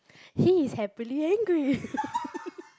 he is happily angry